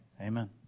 amen